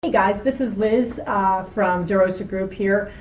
hey guys, this is liz from derosa group here,